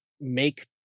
make